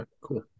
cool